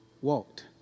walked